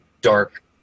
dark